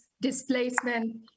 displacement